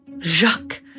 Jacques